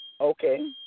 Okay